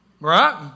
right